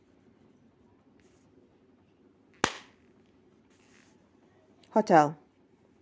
hotel